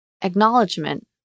Acknowledgement